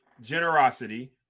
generosity